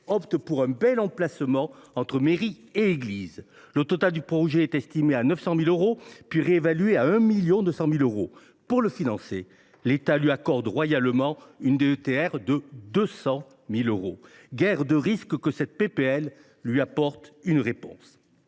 opte pour un bel emplacement entre mairie et église. Le total du projet est d’abord estimé à 900 000 euros, puis réévalué à 1,2 million. Pour le financer, l’État lui accorde royalement une DETR de 200 000 euros… Guère de risque que cette proposition de loi lui apporte une réponse